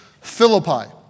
Philippi